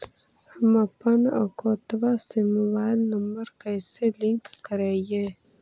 हमपन अकौउतवा से मोबाईल नंबर कैसे लिंक करैइय?